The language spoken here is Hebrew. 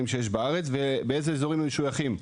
שיש בארץ ולאיזה אזורים הם משויכים?